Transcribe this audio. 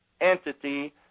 entity